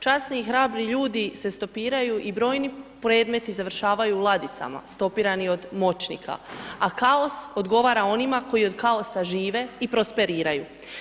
Časni i hrabri ljudi se stopiraju i brojni predmeti završavaju u ladicama stopirani od moćnika, a kaos odgovara onima koji od kaosa žive i prosperiraju.